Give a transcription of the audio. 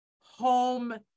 home